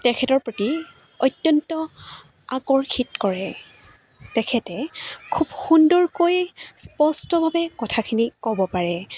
তেখেতৰ প্ৰতি অত্যন্ত আকৰ্ষিত কৰে তেখেতে খুব সুন্দৰকৈ স্পষ্টকৈ কথাখিনি ক'ব পাৰে